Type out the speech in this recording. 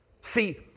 See